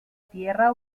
tierra